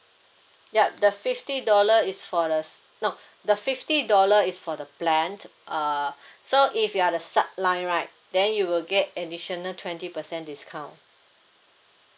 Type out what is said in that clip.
ya the fifty dollar is for the s~ no the fifty dollar is for the plan uh so if you are the sub line right then you will get additional twenty percent discount